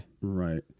Right